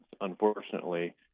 unfortunately